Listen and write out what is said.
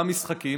גם משחקים,